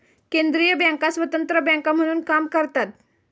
केंद्रीय बँका स्वतंत्र बँका म्हणून काम करतात